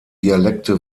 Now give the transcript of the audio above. dialekte